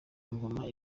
ingoma